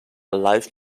life